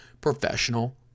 professional